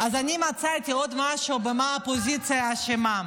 אז אני מצאתי עוד משהו שהאופוזיציה אשמה בו.